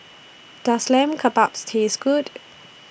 Does Lamb Kebabs Taste Good